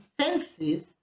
senses